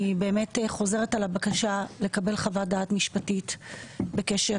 אני חוזרת על הבקשה לקבל חוות דעת משפטית בקשר